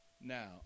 now